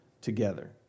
together